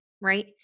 right